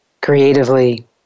creatively